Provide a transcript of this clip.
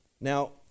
Now